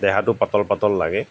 দেহাটো পাতল পাতল লাগে